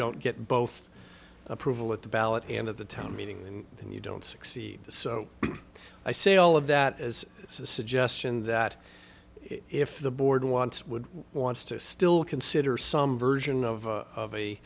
don't get both approval at the ballot and of the town meeting then you don't succeed so i say all of that as a suggestion that if the board wants would wants to still consider some version of a